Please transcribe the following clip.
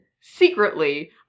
secretly